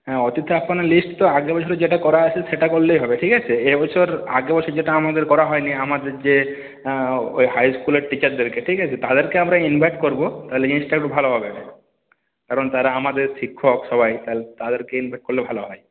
হ্যাঁ অতিথি আপ্যায়নের লিস্ট তো আগের বছরে যেটা করা আছে সেটা করলেই হবে ঠিক আছে এবছর আগের বছর যেটা আমাদের করা হয়নি আমাদের যে ওই হাইস্কুলের টিচারদেরকে ঠিক আছে তাদেরকে আমরা ইনভাইট করবো তাইলে জিনিসটা একটু ভালো হবে কারণ তারা আমাদের শিক্ষক সবাই তাহলে তাদেরকে ইনভাইট করলে ভালো হয়